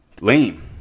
lame